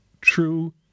true